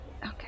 okay